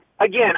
Again